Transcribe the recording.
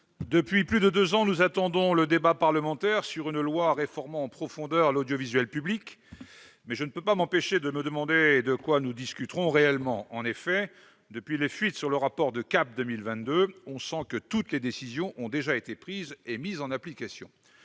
Depuis plus de deux ans, nous attendons le débat parlementaire sur un projet de loi réformant en profondeur l'audiovisuel public, mais je ne peux m'empêcher de me demander de quoi nous discuterons réellement. En effet, depuis les fuites sur le rapport CAP 22, on sent que toutes les décisions ont déjà été prises et mises en application.